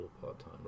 part-time